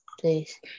please